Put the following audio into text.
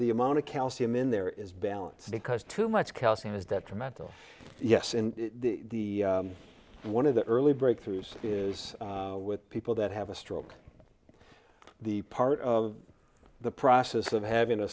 the amount of calcium in there is balance because too much calcium is detrimental yes in the one of the early breakthroughs is with people that have a stroke the part of the process of having a